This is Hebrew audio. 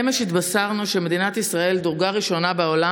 אמש התבשרנו שמדינת ישראל דורגה ראשונה בעולם